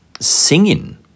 singing